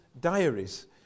diaries